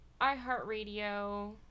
iHeartRadio